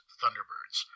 Thunderbirds